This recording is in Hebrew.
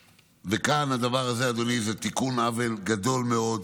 וכאן, הדבר הזה, אדוני, זה תיקון עוול גדול מאוד,